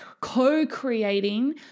co-creating